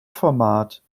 format